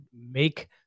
make